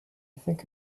think